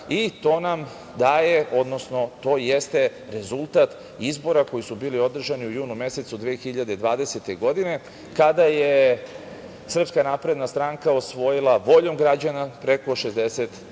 i to nam daje, odnosno to jeste rezultat izbora koji su bili održani u junu mesecu 2020. godine kada je SNS osvojila, voljom građana, preko 60%